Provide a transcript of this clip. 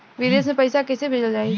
विदेश में पईसा कैसे भेजल जाई?